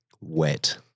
Wet